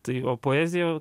tai o poezija